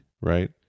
right